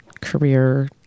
career